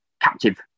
captive